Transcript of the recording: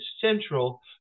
central